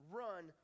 run